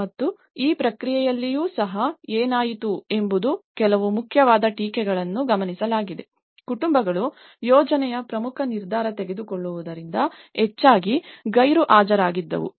ಮತ್ತು ಈ ಪ್ರಕ್ರಿಯೆಯಲ್ಲಿಯೂ ಸಹ ಏನಾಯಿತು ಎಂಬುದು ಕೆಲವು ಮುಖ್ಯವಾದ ಟೀಕೆಗಳನ್ನು ಗಮನಿಸಲಾಗಿದೆ ಕುಟುಂಬಗಳು ಯೋಜನೆಯ ಪ್ರಮುಖ ನಿರ್ಧಾರ ತೆಗೆದುಕೊಳ್ಳುವುದರಿಂದ ಹೆಚ್ಚಾಗಿ ಗೈರುಹಾಜರಾಗಿದ್ದವು